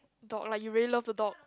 dog like you really love the dog